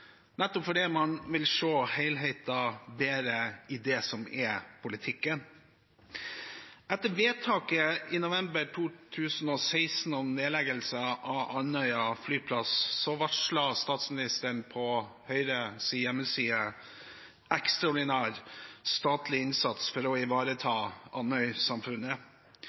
fordi man vil se helheten bedre i det som er politikken. Etter vedtaket i november 2016 om nedleggelse av Andøya flyplass varslet statsministeren på hoyre.no «ekstraordinær statlig innsats» for å ivareta